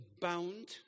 bound